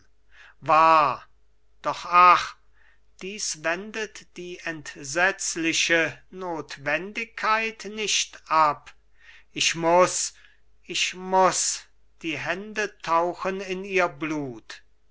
wahr doch ach dies wendet die entsetzliche nothwendigkeit nicht ab ich muß ich muß die hände tauchen in ihr blut